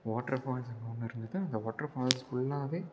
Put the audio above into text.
water ஃபால்ஸ்னு ஒன்று இருந்தது அந்த வாட்டர் ஃபால்ஸ் ஃபுல்லாகவே